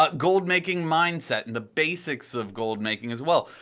but gold making mindset and the basics of gold making as well,